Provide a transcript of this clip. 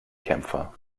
kämpfer